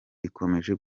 ikomeje